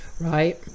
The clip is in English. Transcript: right